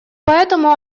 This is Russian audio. поэтому